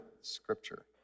scripture